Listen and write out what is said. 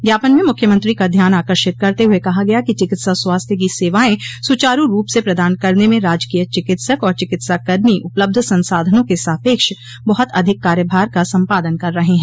ज्ञापन में मुख्यमंत्री का ध्यान आकर्षित करते हुए कहा गया कि चिकित्सा स्वास्थ्य की सेवाएं सुचारू रूप से प्रदान करने में राजकीय चिकित्सक आर चिकित्साकर्मी उपलब्ध संसाधनों के सापेक्ष बहुत अधिक कार्यभार का सम्पादन कर रहे है